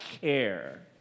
care